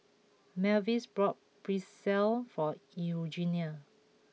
Mavis bought Pretzel for Eugenie